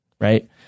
right